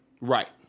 Right